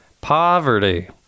Poverty